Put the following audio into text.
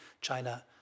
China